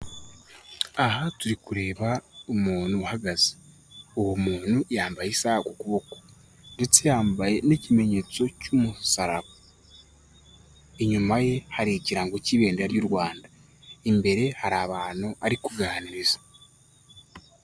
Aha turi kureba umuntu uhagaze, uwo muntu yambaye isaha ku kuboko ndetse yambaye n'ikimenyetso cy'umusara, inyuma ye hari ikirango cy'ibedera ry'u Rwanda, imbere hari abantu ari kuganiriza.